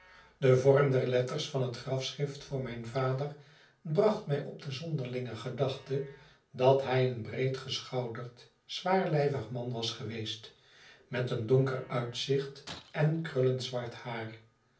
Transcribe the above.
de vorm der letters van het grafschrift voor mijn vader bracht mij op de zonderlinge gedachte dat hij een breedgeschouderd zwaarlijvig man was geweest met een donker uitzicht en krullend zwart haar